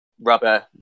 rubber